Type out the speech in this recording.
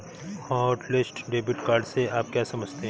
Hotlist debit card से आप क्या समझते हैं?